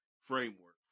framework